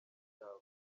cyawe